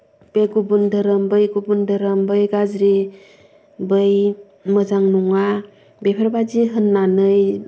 बे गुबुन धोरोम बै गुबुन धोरोम बै गाज्रि बै मोजां नङा बेफोरबादि होननानै